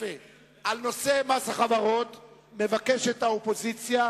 כנוסח הוועדה.